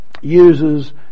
uses